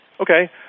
Okay